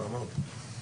רע מאוד.